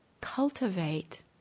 cultivate